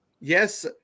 Yes